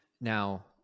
Now